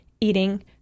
eating